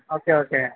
okay okay